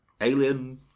alien